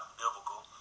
biblical